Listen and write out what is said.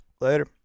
Later